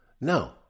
no